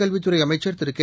கல்வித்துறைஅமைச்சர் திரு கே